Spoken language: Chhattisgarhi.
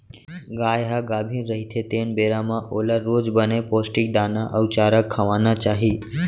गाय ह गाभिन रहिथे तेन बेरा म ओला रोज बने पोस्टिक दाना अउ चारा खवाना चाही